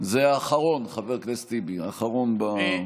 זה האחרון, חבר הכנסת טיבי, האחרון בקובץ.